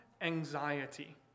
anxiety